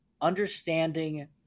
understanding